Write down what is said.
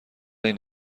این